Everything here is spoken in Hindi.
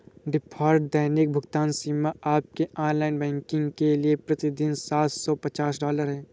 डिफ़ॉल्ट दैनिक भुगतान सीमा आपके ऑनलाइन बैंकिंग के लिए प्रति दिन सात सौ पचास डॉलर है